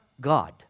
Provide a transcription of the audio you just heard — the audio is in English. God